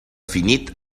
finit